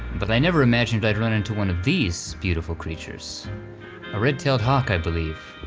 but i never imagined i'd run into one of these beautiful creatures a red-tailed hawk, i believe,